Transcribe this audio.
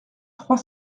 trois